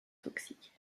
toxiques